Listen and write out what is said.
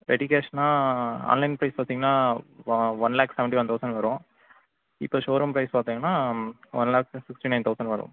ready கேஷ்ன்னா online price பார்த்திங்கனா இப்போ ஒன்லேக்ஸ் seventy one thousand வரும் இப்போ ஷோரூம் ப்ரைஸ் பார்த்திங்கனா one lakh fifty nine thousand வரும்